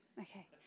Okay